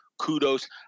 kudos